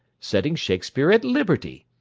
setting shakespeare at liberty!